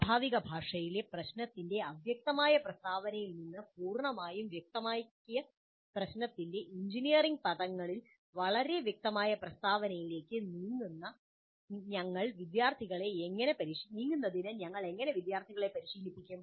സ്വാഭാവിക ഭാഷയിലെ പ്രശ്നത്തിന്റെ അവ്യക്തമായ പ്രസ്താവനയിൽ നിന്ന് പൂർണ്ണമായും വ്യക്തമാക്കിയ പ്രശ്നത്തിന്റെ എഞ്ചിനീയറിംഗ് പദങ്ങളിൽ വളരെ വ്യക്തമായ പ്രസ്താവനയിലേക്ക് നീങ്ങുന്നതിന് ഞങ്ങൾ വിദ്യാർത്ഥികളെ എങ്ങനെ പരിശീലിപ്പിക്കും